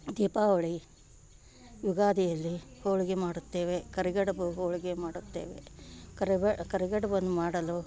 ದೀಪಾವಳಿ ಯುಗಾದಿಯಲ್ಲಿ ಹೋಳಿಗೆ ಮಾಡುತ್ತೇವೆ ಕರಿಗಡುಬು ಹೋಳಿಗೆ ಮಾಡುತ್ತೇವೆ ಕರಿಬ ಕರಿಗಡುಬನ್ನು ಮಾಡಲು